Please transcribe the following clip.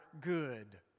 good